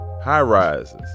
High-rises